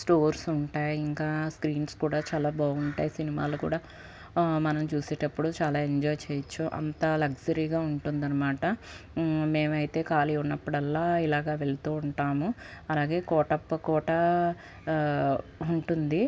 stores ఉంటాయి ఇంకా screens కూడా చాలా బాగుంటాయి సినిమాలు కూడా మనం చూసేటప్పుడు చాలా ఎంజాయ్ చెయ్యొచ్చు అంతా లగ్జరీగా ఉంటుంది అనమాట మేమైతే ఖాళీ ఉన్నప్పుడు అల్లా ఇలాగా వెళుతూ ఉంటాము అలాగే కోటప్పకోట ఉంటుంది